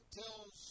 tells